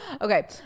okay